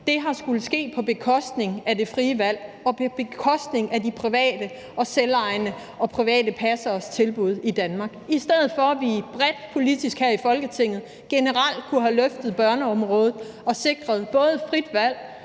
har skullet ske på bekostning af det frie valg og på bekostning af de private og selvejende tilbud og de private passeres tilbud i Danmark, i stedet for at vi bredt politisk her i Folketinget generelt kunne have løftet børneområdet og sikret både frit valg,